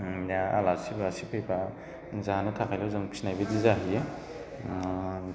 बे आलासि उलासि फैबा जानो थाखायल' जों फिसिनाय बायदि जाहैयो